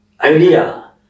idea